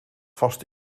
vast